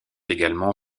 également